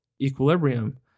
equilibrium